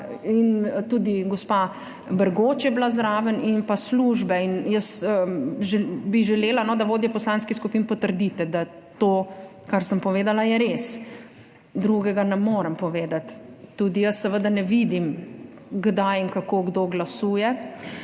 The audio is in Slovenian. tudi gospa Bergoč je bila zraven in pa službe. Jaz bi želela, da vodje poslanskih skupin potrdite, da je to, kar sem povedala, res. Drugega ne morem povedati. Tudi jaz seveda ne vidim, kdaj in kako kdo glasuje.